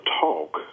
talk